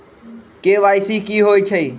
KYC कि होई छई?